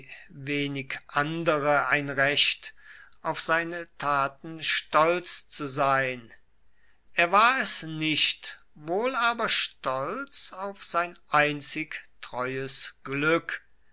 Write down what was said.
wenig andere ein recht auf seine taten stolz zu sein er war es nicht wohl aber stolz auf sein einzig treues glück